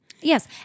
Yes